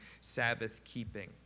Sabbath-keeping